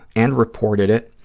and reported it.